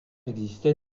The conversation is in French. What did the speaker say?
existait